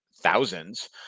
thousands